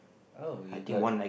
oh you got